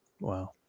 Wow